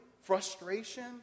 frustration